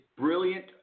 Brilliant